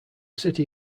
city